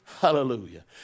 Hallelujah